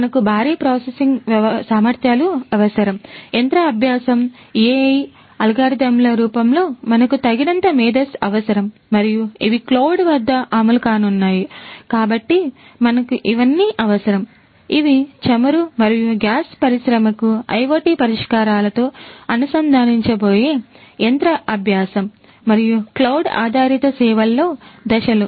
మనకు భారీ ప్రాసెసింగ్ మరియు క్లౌడ్ ఆధారిత సేవల్లో దశలు